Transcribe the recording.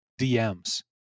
DMs